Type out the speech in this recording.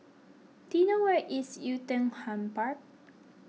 do you know where is Oei Tiong Ham Park